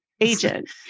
agent